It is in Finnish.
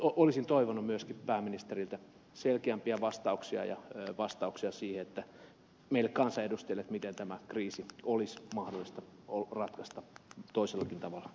olisin toivonut myöskin pääministeriltä selkeämpiä vastauksia ja vastauksia siihen meille kansanedustajille miten tämä kriisi olisi mahdollista ratkaista toisellakin tavalla